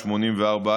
אדוני השר,